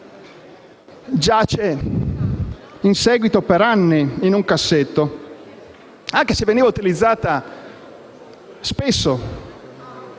giace da anni in un cassetto, anche se veniva utilizzata spesso